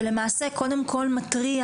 שלמעשה קודם כל מתריע